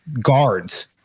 guards